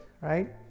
right